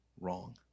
wrong